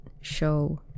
show